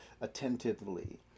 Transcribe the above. attentively